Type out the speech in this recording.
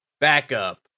backup